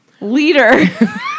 leader